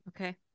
okay